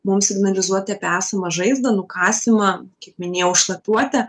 mums signalizuoti apie esamą žaizdą nukasymą kaip minėjau šlapiuotę